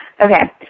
okay